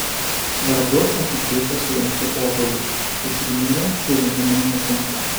svarbu atidžiai pasirinkti obuolius sukirmiję džiovinimui netinka